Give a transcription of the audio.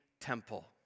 temple